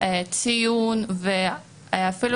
ציון ואפילו